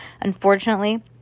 Unfortunately